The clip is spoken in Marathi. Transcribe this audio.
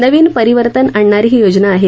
नवीन परिवर्तन आणणारी ही योजना आहे